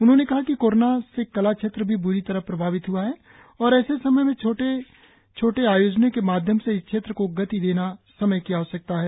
उन्होंने कहा कि कोरोना से कला क्षेत्र भी बुरी तरह से प्रभावित हुआ है और ऐसे समय में छोटे छोटे आयोजनों के माध्यम से इस क्षेत्र को गति देना समय की आवश्यकता है